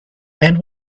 and